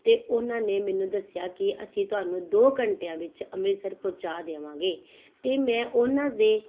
ਅਤੇ ਉਹਨਾਂ ਨੇ ਮੈਨੂੰ ਦੱਸਿਆ ਕਿ ਅਸੀਂ ਤੁਹਾਨੂੰ ਦੋ ਘੰਟਿਆਂ ਵਿੱਚ ਅੰਮ੍ਰਿਤਸਰ ਪਹੁੰਚਾ ਦੇਵਾਂਗੇ ਅਤੇ ਮੈਂ ਉਹਨਾਂ ਦੇ